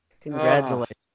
Congratulations